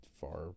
far